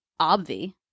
Obvi